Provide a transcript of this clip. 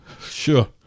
Sure